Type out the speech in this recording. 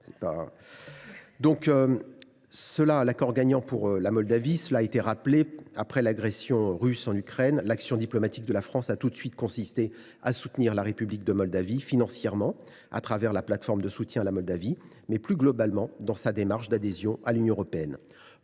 un accord gagnant gagnant signifie que la Chine gagne deux fois ! Après l’agression russe en Ukraine, l’action diplomatique de la France a tout de suite consisté à soutenir la République de Moldavie, financièrement à travers la plateforme de soutien à la Moldavie, et plus globalement, dans sa démarche d’adhésion à l’Union européenne.